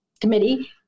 committee